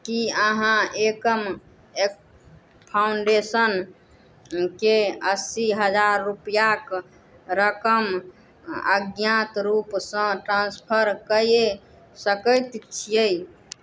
कि अहाँ एकम फाउण्डेशनकेँ अस्सी हजार रुपैआके रकम अज्ञात रूपसँ ट्रान्सफर कै सकै छिए